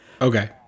Okay